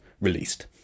released